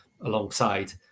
alongside